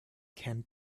can